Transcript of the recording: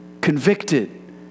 Convicted